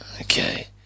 Okay